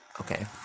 okay